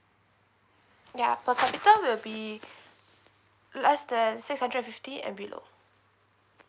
ya per capita will be less than six hundred fifty and below